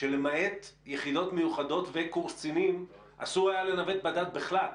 שלמעט יחידות מיוחדות וקורס קצינים אסור היה לנווט בדד בכלל.